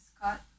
Scott